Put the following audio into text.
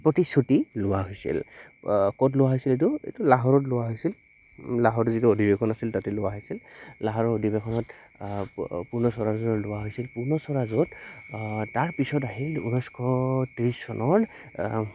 প্ৰতিশ্ৰুতি লোৱা হৈছিল ক'ত লোৱা হৈছিল এইটো এইটো লাহৰত লোৱা হৈছিল লাহৰ যিটো অধিৱেশন আছিল তাতে লোৱা হৈছিল লাহৰৰ অধিৱেশনত পূৰ্ণ স্বৰাজলৈ লোৱা হৈছিল পূৰ্ণ স্বৰাজত তাৰপিছত আহিল ঊনৈছশ ত্ৰিছ চনৰ